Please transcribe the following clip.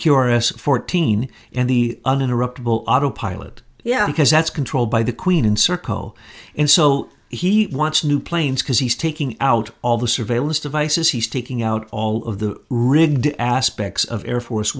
curious fourteen and the uninterruptible autopilot yeah because that's controlled by the queen and serco and so he wants new planes because he's taking out all the surveillance devices he's taking out all of the rigged aspects of air force